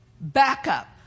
backup